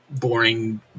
boring